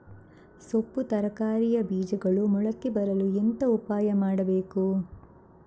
ಸೊಪ್ಪು ತರಕಾರಿಯ ಬೀಜಗಳು ಮೊಳಕೆ ಬರಲು ಎಂತ ಉಪಾಯ ಮಾಡಬೇಕು?